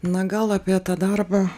na gal apie tą darbą